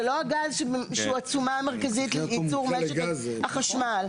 זה לא הגז שהוא התשומה המרכזית לייצור משק החשמל.